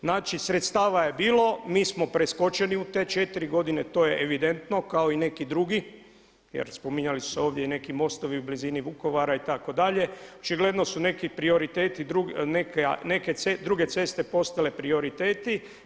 Znači sredstava je bilo, mi smo preskočeni u te četiri godine to je evidentno kao i neki drugi jer spominjali su se ovdje i neki mostovi u blizini Vukovara itd., očigledno su neki prioriteti neke druge ceste postali prioriteti.